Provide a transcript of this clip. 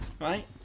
right